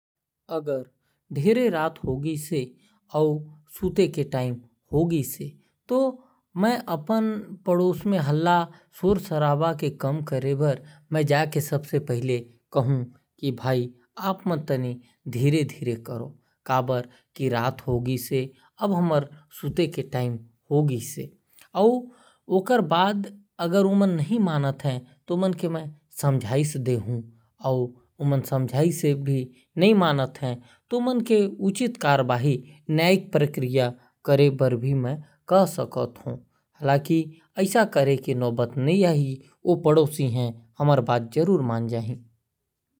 मैं अपन पड़ोस में हल्ला करे बर अपन पड़ोस में जाके काहू की । आप मन थोड़ा धीरे धीरे बोला का बर की रात होगीस है तो हमर सुतए के समय होगीस है। और समझाइश देहु फिर भी बात ल नहीं मन ही तो उच्चित न्यायिक प्रक्रिया करहूं। हालांकि ऐसा करे के नौबत नहीं आही और बात ला मान जहीं।